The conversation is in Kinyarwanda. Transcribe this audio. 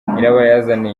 nyirabayazana